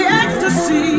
ecstasy